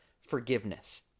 forgiveness